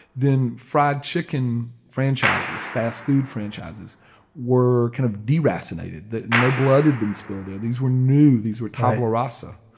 then fried chicken franchises and fast food franchises were kind of deracinated that no blood had been spilled there. these were new these were tabula rasa.